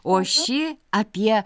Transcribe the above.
o ši apie